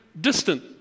distant